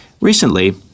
Recently